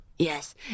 Yes